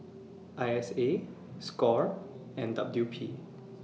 I S A SCORE and W P